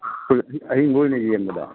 ꯑꯍꯤꯡꯕ ꯑꯣꯏꯅ ꯌꯦꯡꯕꯗ